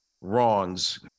wrongs